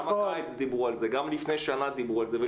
גם בקיץ דיברו על זה, גם לפני שנה דיברו על זה.